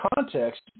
context